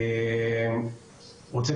רוצה